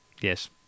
yes